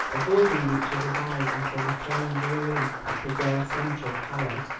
avoiding each other's eyes, until the train drew in at the gare centrale, calais.